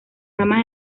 ramas